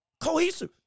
cohesive